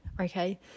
okay